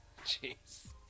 Jeez